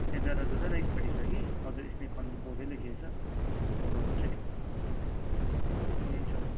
त्यहाँ जाँदा जाँदा राइटपट्टि छ कि हजुर स्निक कर्नर बोर्डै लेखेको छ आउँदा हुन्छ नि तपाईँ हुन्छ